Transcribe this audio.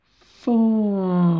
Four